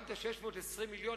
גם את ה-620 מיליון,